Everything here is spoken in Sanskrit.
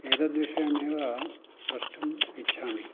एतद्विषयमेव प्रष्टुम् इच्छामि